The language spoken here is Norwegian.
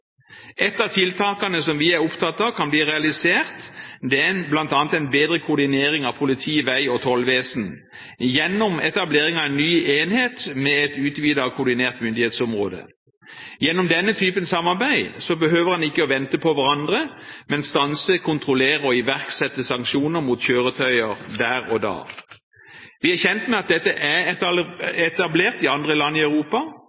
Et av tiltakene som vi er opptatt av kan bli realisert, er bl.a. en bedre koordinering av politi, vegvesen og tollvesen gjennom etablering av en ny enhet med et utvidet, koordinert myndighetsområde. Gjennom denne typen samarbeid behøver man ikke vente på hverandre, men stanse, kontrollere og iverksette sanksjoner mot kjøretøyer der og da. Vi er kjent med at dette er etablert i andre land i Europa.